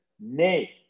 nay